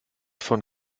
von